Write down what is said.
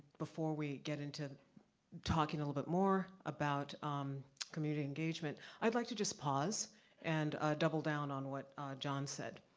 before we get into talking a little bit more about community engagement. i'd like to just pause and double down on what john said.